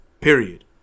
Period